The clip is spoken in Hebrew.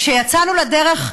כשיצאנו לדרך,